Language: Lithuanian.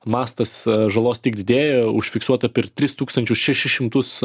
mastas žalos tik didėjo užfiksuota per tris tūkstančius šešis šimtus